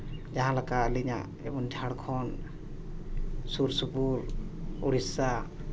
ᱡᱟᱦᱟᱸ ᱞᱮᱠᱟ ᱟᱹᱞᱤᱧᱟᱜ ᱡᱷᱟᱲᱠᱷᱚᱸᱰ ᱥᱩᱨᱼᱥᱩᱯᱩᱨ ᱳᱰᱤᱥᱟ